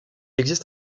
existe